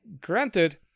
granted